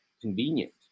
convenient